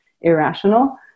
irrational